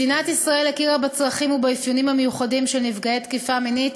מדינת ישראל הכירה בצרכים ובאפיונים המיוחדים של נפגעי תקיפה מינית,